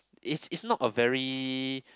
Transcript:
is is not a very